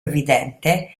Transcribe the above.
evidente